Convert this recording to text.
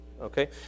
Okay